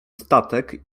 statek